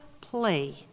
play